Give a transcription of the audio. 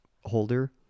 holder